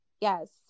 yes